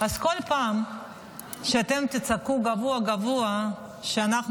אז כל פעם שאתם תצפו גבוה-גבוה כשאנחנו